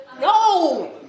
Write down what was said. No